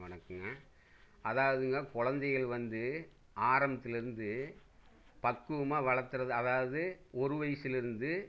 வணக்கங்க அதாவதுங்க குழந்தைகள் வந்து ஆரம்பத்துலேருந்து பக்குவமாக வளக்கிறது அதாவது ஒரு வயசுலேருந்து